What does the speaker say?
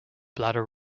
bladder